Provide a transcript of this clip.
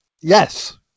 Yes